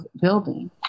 building